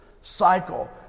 cycle